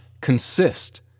consist